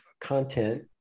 content